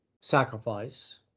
sacrifice